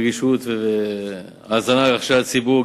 רגישות והאזנה לרחשי הציבור,